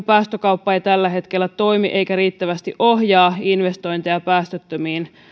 päästökauppa ei tällä hetkellä toimi eikä riittävästi ohjaa investointeja päästöttömiin